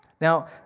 Now